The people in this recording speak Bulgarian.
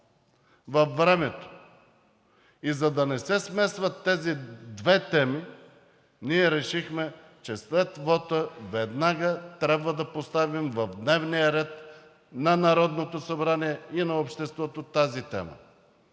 във времето. И за да не се смесват тези две теми, ние решихме, че след вота веднага трябва да поставим в дневния ред на Народното събрание и обществото тази тема.